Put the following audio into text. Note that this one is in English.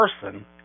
person